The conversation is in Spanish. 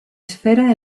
esfera